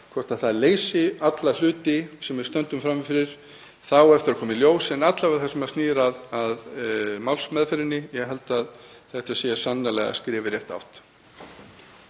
Hvort það leysi alla hluti sem við stöndum frammi fyrir, það á eftir að koma í ljós en alla vega það sem snýr að málsmeðferðinni. Ég held að þetta sé sannarlega skref í rétta átt.